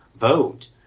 vote